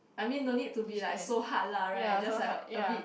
I mean don't need to be lah it's so hard lah right just like a bit